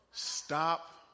Stop